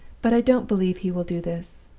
but i don't believe he will do this.